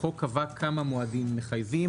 החוק קבע כמה מועדים מחייבים.